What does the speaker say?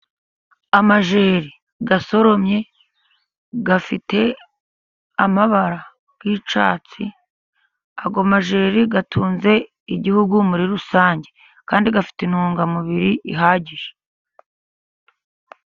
Amajeri asoromye, afite amabara y'icyatsi. Ayo majeri atunze igihugu muri rusange, kandi afite intungamubiri ihagije.